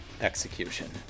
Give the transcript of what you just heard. execution